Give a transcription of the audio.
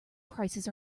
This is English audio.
prices